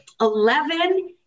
eleven